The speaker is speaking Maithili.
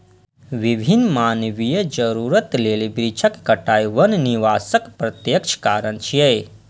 विभिन्न मानवीय जरूरत लेल वृक्षक कटाइ वन विनाशक प्रत्यक्ष कारण छियै